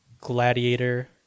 Gladiator